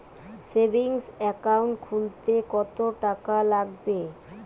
Savings account খুলতে কতটাকা লাগবে?